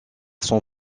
son